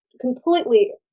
completely